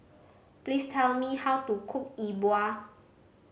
please tell me how to cook E Bua